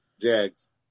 Jags